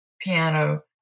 piano